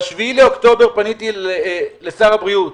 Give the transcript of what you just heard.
ב-7 באוקטובר פניתי לשר הבריאות,